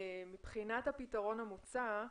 מבחינת הפתרון המוצע,